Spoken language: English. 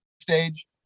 stage